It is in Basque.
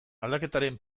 aldaketaren